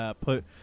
put